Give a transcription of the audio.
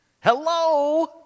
Hello